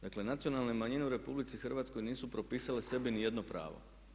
Dakle nacionalne manjine u RH nisu propisale sebi niti jedno pravo.